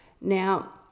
Now